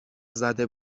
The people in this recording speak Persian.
زده